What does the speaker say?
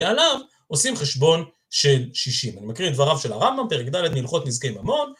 ועליו עושים חשבון של 60, אני מכיר את דבריו של הרמב״ם, פרק ד' הלכות נזקי ממון.